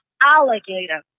alligator